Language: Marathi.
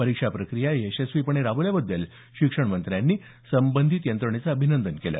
परीक्षा प्रक्रिया यशस्वीपणे राबवल्याबद्दल शिक्षणमंत्र्यांनी संबंधित यंत्रणेचं अभिनंदनही केलं